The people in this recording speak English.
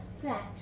flat